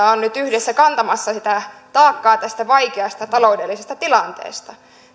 on nyt yhdessä kantamassa taakkaa tässä vaikeassa taloudellisessa tilanteessa